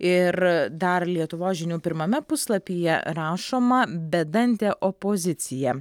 ir dar lietuvos žinių pirmame puslapyje rašoma bedantė opozicija